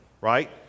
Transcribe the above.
right